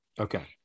Okay